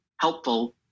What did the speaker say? helpful